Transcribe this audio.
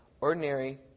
ordinary